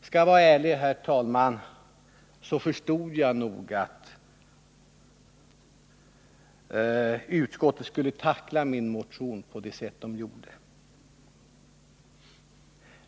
Skall jag vara ärlig, herr talman, så förstod jag nog att utskottet skulle tackla min motion så som man gjort.